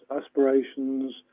aspirations